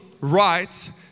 right